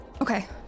Okay